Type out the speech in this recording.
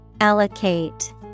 Allocate